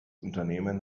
unternehmen